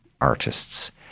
artists